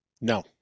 No